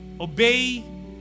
obey